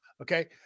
Okay